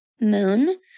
moon